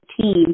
team